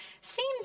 Seems